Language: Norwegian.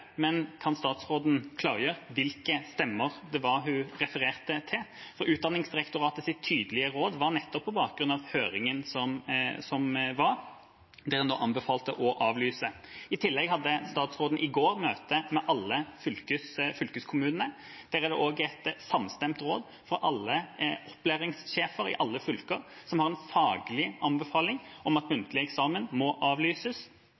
Men kan statsråden klargjøre hvilke stemmer det var hun refererte til? Utdanningsdirektoratets tydelige råd var, nettopp på bakgrunn av anbefalingene i høringen som var, å avlyse. I tillegg hadde statsråden i går møte med alle fylkeskommunene. Der var også et samstemt råd fra alle opplæringssjefer i alle fylker at muntlig eksamen, ut fra en faglig anbefaling,